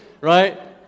right